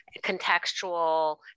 contextual